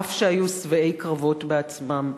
אף שהיו שבעי קרבות בעצמם.